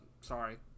sorry